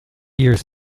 years